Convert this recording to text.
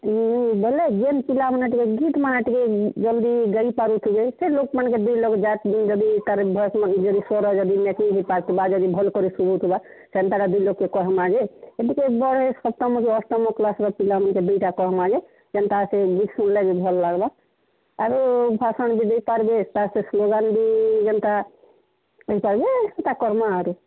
ବୋଲେ ଯେନ୍ ପିଲାମାନେ ଟିକେ ଗୀତ୍ମାନେ ଟିକେ ଜଲ୍ଦି ଗାଇପାରୁଥିବେ ସେ ଲୋକମାନ୍କେ ଯଦି ତାର୍ ଭଏସ୍ ସ୍ୱର ଯଦି ମ୍ୟାଚିଙ୍ଗ୍ ହେଇପାରୁଥିବା ଯଦି ଭଲ୍କରି ଶୁଭୁଥିବା ସେନ୍ତା ଦୁଇ ଲୋକେ କହେମା ଯେ ଟିକେ ବଡ଼୍ ସପ୍ତମରୁ ଅଷ୍ଟମ କ୍ଲାସର ପିଲାମାନକେ ଦୁଇଟା କହମା ଯେ ସେନ୍ତା ସେ ସ୍କୁଲ୍ରେ ଭଲ୍ ଲାଗ୍ବା ଆରୁ ଭାଷଣ୍ ବି ଦେଇପାରିବେ ତାର୍ ସେ ସ୍ଲୋଗାନ୍ ବି ଯେନ୍ତା ଦେଇପାରିବ ଏନ୍ତା କର୍ମା ଆରୁ